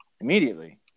immediately